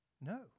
No